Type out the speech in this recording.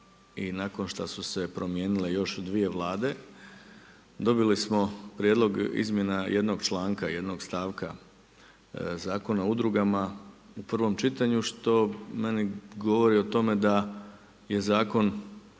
i nakon što su se promijenile još dvije Vlade dobili smo prijedlog izmjena jednog članka, jednog stavka Zakona o udrugama u prvom čitanju što meni govori o tome da je zakon